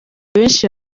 benshi